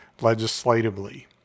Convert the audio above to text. legislatively